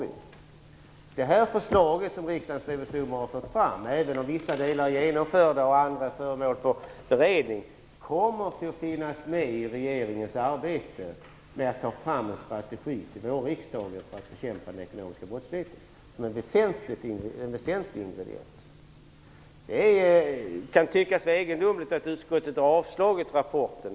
Även om vissa delar är genomförda och andra föremål för beredning, kommer det förslag som Riksdagens revisorer har fört fram att finnas med som en väsentlig ingrediens i regeringens arbete med att ta fram en strategi till vårriksdagen för att bekämpa den ekonomiska brottsligheten. Det kan tyckas egendomligt att utskottet har avstyrkt rapporten.